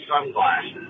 sunglasses